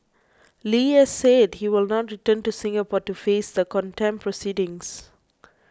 Li has said he will not return to Singapore to face the contempt proceedings